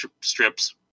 strips